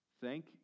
Thank